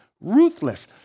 ruthless